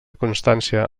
constància